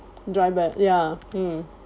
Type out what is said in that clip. driver ya mm